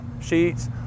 sheets